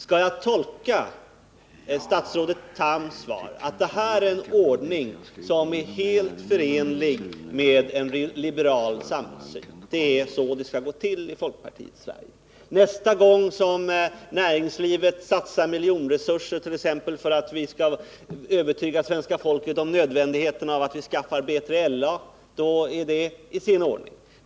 Skall jag tolka statsrådet Thams svar så, att detta är en ordning som är helt förenlig med en liberal samhällssyn, att det är så det skall gå till i folkpartiets Sverige? Nästa gång som näringslivet satsar miljonresurser t.ex. för att övertyga svenska folket om nödvändigheten av att vi skaffar B3LA, är det i så fallisin ordning.